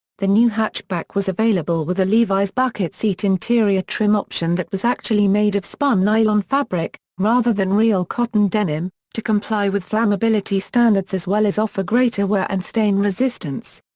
the new hatchback was available with a levis bucket seat interior trim option option that was actually made of spun nylon fabric, rather than real cotton denim, to comply with flammability standards as well as offer greater wear and stain resistance.